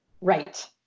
Right